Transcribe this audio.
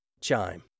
Chime